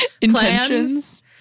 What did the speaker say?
Intentions